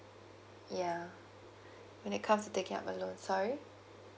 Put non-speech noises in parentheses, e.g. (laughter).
yeah (breath) when it comes to taking up a loan sorry